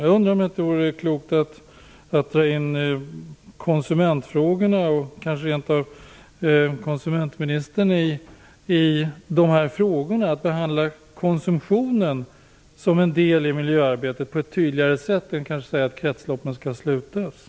Jag undrar om det inte vore klokt att inkludera konsumentfrågorna och kanske rent av behandla konsumtionen som en del av miljöarbetet på ett tydligare än bara säga att kretsloppen skall slutas.